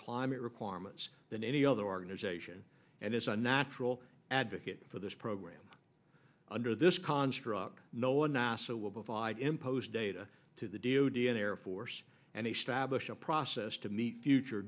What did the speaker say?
climate requirements than any other organization and is a natural advocate for this program under this construct no one nasa will provide imposed data to the d o d air force and establish a process to meet future